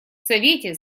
совете